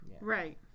Right